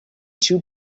too